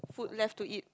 food left to eat